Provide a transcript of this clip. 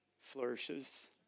flourishes